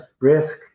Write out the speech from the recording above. risk